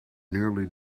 nearly